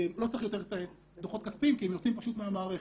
לא צריך יותר דוחות כספיים כי הם יוצאים פשוט מהמערכת.